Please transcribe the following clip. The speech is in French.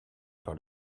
par